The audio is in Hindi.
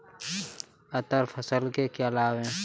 अंतर फसल के क्या लाभ हैं?